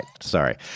sorry